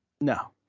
No